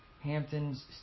Hamptons